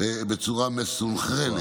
בצורה מסונכרנת.